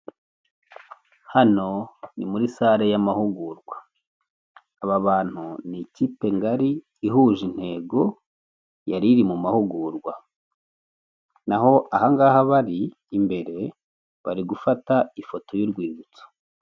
Hano ni muri sare y'amahugurwa. Aba bantu ni ikipe ngari ihuje intego yariri mu mahugurwa. Naho ahangaha bari imbere bari gufata ifoto y'urwibutso.